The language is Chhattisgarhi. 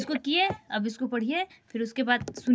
किसान अपन जिनगी ल तकलीप में घलो हंसी खुशी ले जि ले थें